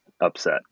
upset